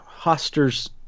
Hoster's